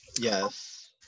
Yes